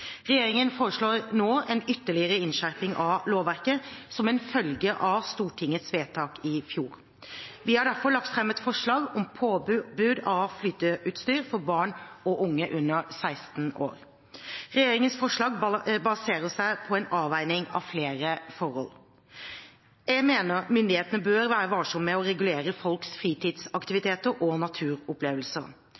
Regjeringen foreslår nå en ytterligere innskjerping av lovverket, som en følge av Stortingets vedtak i fjor. Vi har derfor lagt frem et forslag om påbud av flyteutstyr for barn og unge under 16 år. Regjeringens forslag baserer seg på en avveining av flere forhold. Jeg mener myndighetene bør være varsom med å regulere folks fritidsaktiviteter og naturopplevelser.